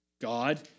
God